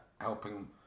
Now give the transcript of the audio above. helping